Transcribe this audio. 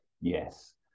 Yes